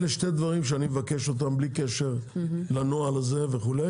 אלה שני הדברים שאני מבקש אותם בלי קשר לנוהל הזה וכולי